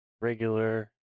regular